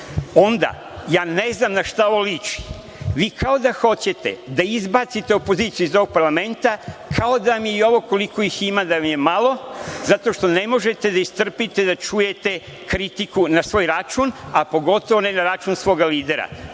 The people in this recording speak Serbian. onda ja ne znam na šta ovo liči. Vi kao da hoćete da izbacite opoziciju iz ovog parlamenta, kao da vam je i ovo koliko ih ima malo, zato što ne možete da istrpite da čujete kritiku na svoj račun, a pogotovo ne na račun svoga lidera.